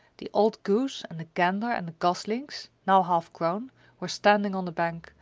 the old goose and the gander and the goslings now half grown were standing on the bank,